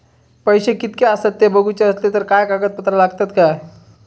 पैशे कीतके आसत ते बघुचे असले तर काय कागद पत्रा लागतात काय?